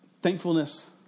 Thankfulness